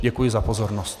Děkuji za pozornost.